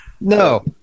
No